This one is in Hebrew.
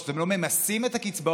כשאתם לא ממסים את הקצבאות.